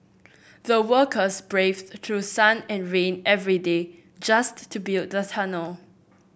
the workers braved through sun and rain every day just to build the tunnel